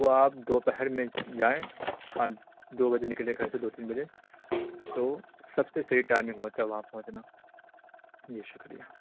وہ آپ دوپہر میں جائیں خان دو بجے نکلیں گھر سے دو تین بجے تو سب سے صحیح ٹائمنگ ہوتا ہے وہاں پہنچنا جی شکریہ